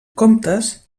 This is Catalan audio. comptes